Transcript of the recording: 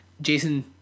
Jason